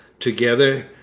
together,